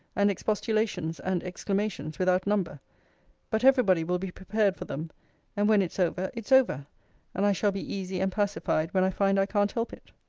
and expostulations, and exclamations, without number but every body will be prepared for them and when it's over, it's over and i shall be easy and pacified when i find i can't help it.